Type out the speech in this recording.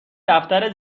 دفتر